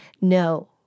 no